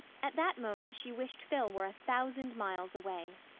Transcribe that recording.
at that moment she wished phil were a thousand miles away.